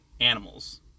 animals